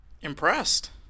impressed